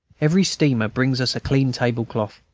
every steamer brings us a clean table-cloth.